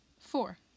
Four